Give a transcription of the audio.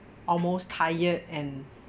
almost tired and